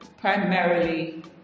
primarily